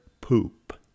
poop